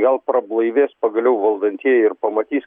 gal prablaivės pagaliau valdantieji ir pamatys